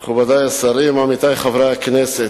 אדוני היושב-ראש, מכובדי השרים, עמיתי חברי הכנסת,